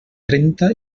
trenta